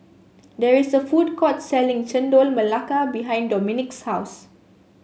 there is a food court selling Chendol Melaka behind Dominick's house